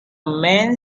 man